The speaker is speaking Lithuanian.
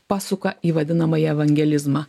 pasuka į vadinamąjį evangelizmą